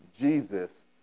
Jesus